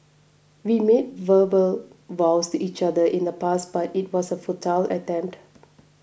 we made verbal vows to each other in the past but it was a futile attempt